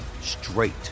straight